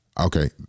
Okay